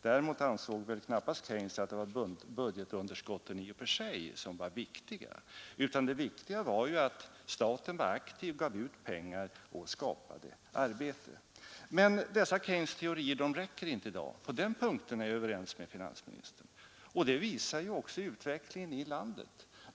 Däremot ansåg knappast Keynes att det var budgetunderskottet i och för sig som var det viktiga, utan det viktiga var att staten var aktiv, gav ut pengar och skapade arbete. Men dessa Keynes” teorier räcker inte i dag — på den punkten är jag överens med finansministern — och det visar också utvecklingen i landet.